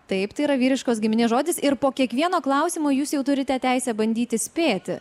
taip tai yra vyriškos giminės žodis ir po kiekvieno klausimo jūs jau turite teisę bandyti spėti